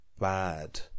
bad